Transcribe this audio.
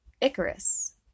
Icarus